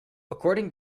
according